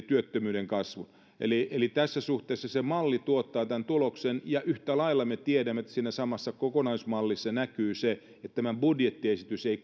työttömyyden kasvun eli tässä suhteessa se malli tuottaa tämän tuloksen ja yhtä lailla me tiedämme että siinä samassa kokonaismallissa näkyy se että tämän budjettiesityksen kokonaisuudessa tämä ei